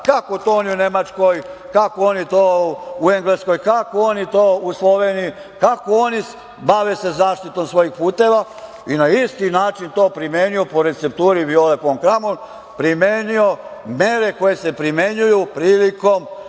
kako to oni u Nemačkoj, kako oni to u Engleskoj, kako oni to u Sloveniji, kako se oni bave zaštitom svojih puteva i na isti način to primenio, po recepturi Viole fon Kramon, mere koje se primenjuju prilikom